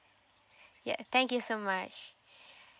yeah thank you so much